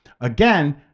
Again